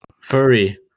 Furry